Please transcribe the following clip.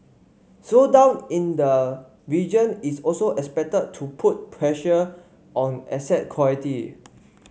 slowdown in the region is also expected to put pressure on asset quality